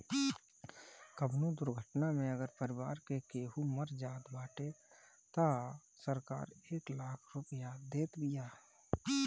कवनो दुर्घटना में अगर परिवार के केहू मर जात बाटे तअ सरकार एक लाख रुपिया देत बिया